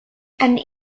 and